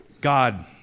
God